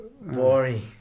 boring